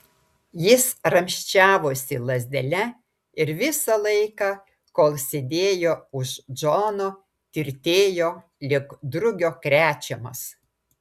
jis ramsčiavosi lazdele ir visą laiką kol sėdėjo už džono tirtėjo lyg drugio krečiamas